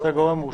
הגורם המורשה.